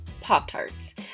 Pop-Tarts